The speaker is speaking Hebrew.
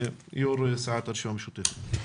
יו"ר סיעת הרשימה המשותפת.